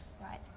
Right